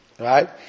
Right